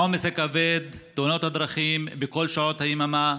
העומס הכבד, תאונת הדרכים בכל שעות היממה.